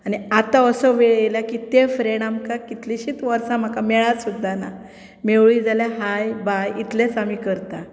आनी आतां असो वेळ आयला की ते फ्रेंड आमकां कितलीशींच वर्सां म्हाका मेळ सुद्दां ना मेळ्ळी जाली जाल्यार हाय बाय इतलेंच आमी करतात